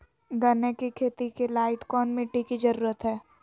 गन्ने की खेती के लाइट कौन मिट्टी की जरूरत है?